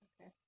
Okay